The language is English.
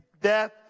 death